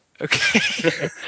okay